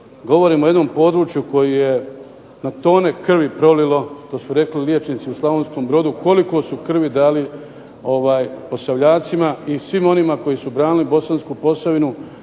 govorim o jednom području koji je na tone krvi prolilo, to su rekli liječnici u Slavonskom Brodu, koliko su krvi dali Posavljacima i svima onima koji su branili Bosansku Posavinu.